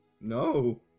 No